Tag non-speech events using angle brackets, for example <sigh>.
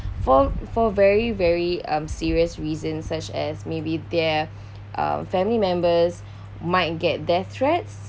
for for very very um serious reason such as maybe their <breath> uh family members might get death threats